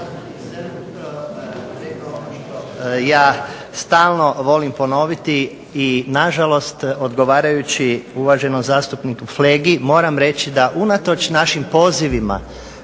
ja stalno volim ponoviti i nažalost odgovarajući uvaženom zastupniku Flegi moram reći da unatoč našim pozivima